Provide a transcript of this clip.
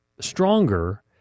stronger